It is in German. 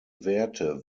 werte